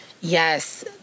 Yes